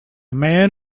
man